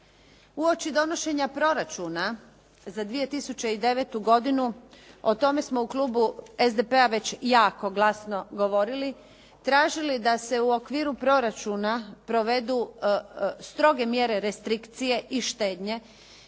Uoči donošenja proračuna za 2009. godinu, o tome smo u klubu SDP-a već jako glasno govorili, tražili da se u okviru proračuna provedu stroge mjere restrikcije i štednje,